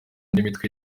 n’imitwe